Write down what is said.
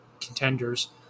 contenders